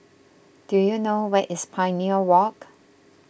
do you know where is Pioneer Walk